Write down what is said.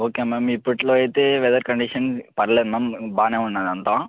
okay ma'am ఇప్పట్లో అయితే weather condition పర్లేదు మ్యామ్ బాగానేవున్నాదంతా